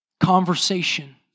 conversation